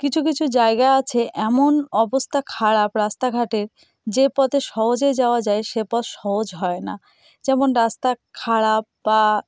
কিছু কিছু জায়গা আছে এমন অবস্থা খারাপ রাস্তাঘাটের যে পথে সহজেই যাওয়া যায় সে পথ সহজ হয় না যেমন রাস্তা খারাপ বা